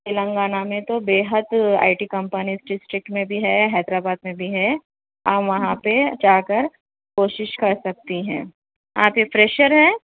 تلنگانہ میں تو بےحد آئی ٹی کمپنی ڈسٹرکٹ میں بھی ہے حیدرآباد میں بھی ہے آپ وہاں پہ جا کر کوشش کر سکتی ہیں آپ ایک فریشر ہیں